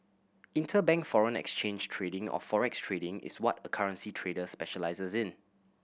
interbank foreign exchange trading or forex trading is what a currency trader specialises in